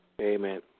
Amen